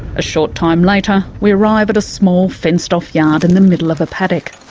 a short time later, we arrive at a small fenced-off yard in the middle of a paddock.